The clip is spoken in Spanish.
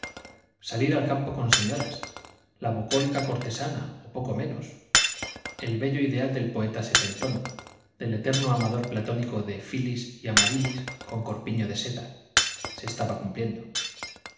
salir al campo con señoras la bucólica cortesana o poco menos el bello ideal del poeta setentón del eterno amador platónico de filis y amarilis con corpiño de seda se estaba cumpliendo